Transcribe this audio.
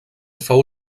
fou